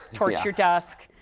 torch your desk,